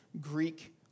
Greek